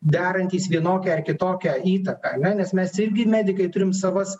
darantys vienokią ar kitokią įtaką ane nes mes irgi medikai turim savas